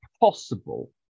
possible